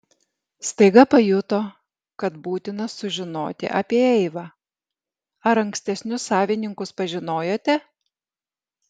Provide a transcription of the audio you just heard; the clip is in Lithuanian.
staiga pajuto kad būtina sužinoti apie eivą ar ankstesnius savininkus pažinojote